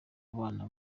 abana